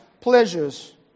pleasures